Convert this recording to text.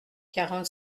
quarante